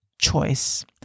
choice